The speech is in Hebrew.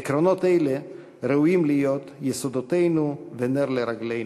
עקרונות אלה ראויים להיות יסודותינו ונר לרגלינו.